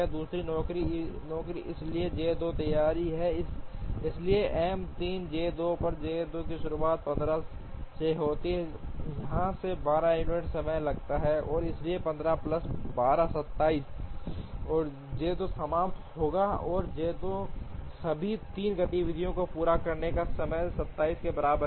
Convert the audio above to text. दूसरी नौकरी इसलिए J 2 तैयार है इसलिए M 3 J 2 पर J 2 की शुरुआत 15 से होती है यहाँ से 12 यूनिट समय लगता है और इसलिए 15 प्लस 12 27 J 2 समाप्त होगा और J 2 सभी 3 गतिविधियों को पूरा करता है समय 27 के बराबर है